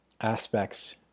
aspects